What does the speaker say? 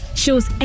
shows